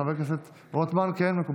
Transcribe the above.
חבר הכנסת רוטמן, כן?